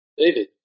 David